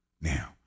now